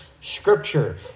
Scripture